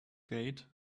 gate